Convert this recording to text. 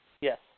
Yes